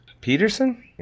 Peterson